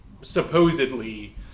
supposedly